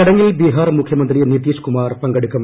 ചടങ്ങിൽ ് ബിഹാർ മുഖ്യമന്ത്രി നിതീഷ് കുമാർ പങ്കെടുക്കും